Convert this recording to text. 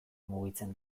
mugitzen